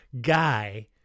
guy